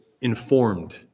informed